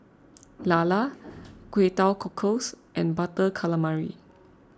Lala Kway Teowc Cockles and Butter Calamari